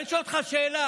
אני שואל אותך שאלה: